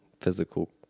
physical